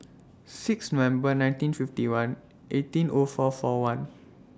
six November nineteen fifty one eighteen O four four one